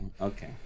Okay